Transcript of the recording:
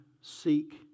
seek